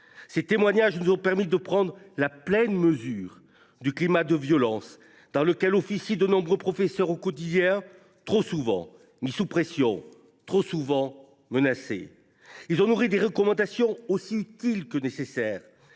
recueillis nous ont permis de prendre la pleine mesure du climat de violence dans lequel officient au quotidien de nombreux professeurs, trop souvent mis sous pression, trop souvent menacés. Ils ont nourri des recommandations aussi utiles que nécessaires,